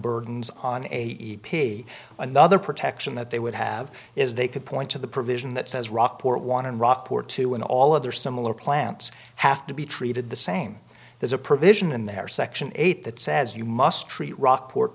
burdens on a pay another protection that they would have is they could point to the provision that says rockport want to rockport to in all other similar plants have to be treated the same there's a provision in there section eight that says you must treat rockport